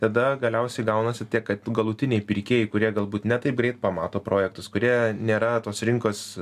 tada galiausiai gaunasi tiek kad galutiniai pirkėjai kurie galbūt ne taip greit pamato projektus kurie nėra tos rinkos